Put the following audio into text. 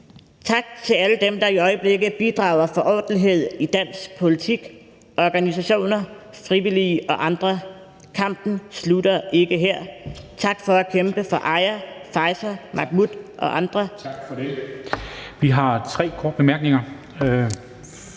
Tak til alle dem, der i øjeblikket bidrager til ordentlighed i dansk politik, organisationer, frivillige og andre, kampen slutter ikke her, tak for at kæmpe for Aya, Faeza, Mahmoud og andre. Kl. 14:25 Formanden